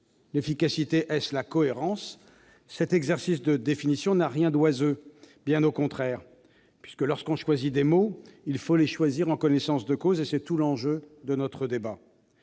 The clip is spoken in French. simplicité ? Est-ce la cohérence ? Cet exercice de définition n'a rien d'oiseux, bien au contraire. Lorsque l'on choisit des mots, il faut le faire en connaissance de cause, et c'est tout l'enjeu de notre débat.